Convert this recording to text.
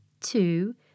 two